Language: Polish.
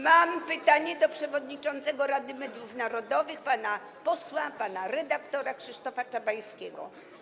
Mam pytanie do przewodniczącego Rady Mediów Narodowych, pana posła, pana redaktora Krzysztofa Czabańskiego.